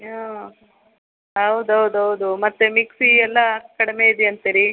ಹಾಂ ಹೌದೌದೌದು ಮತ್ತೆ ಮಿಕ್ಸಿ ಎಲ್ಲ ಕಡಿಮೆ ಇದೆಯಂತೆ ರೀ